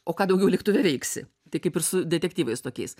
o ką daugiau lėktuve veiksi tai kaip ir su detektyvais tokiais